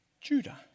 Judah